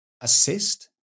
assist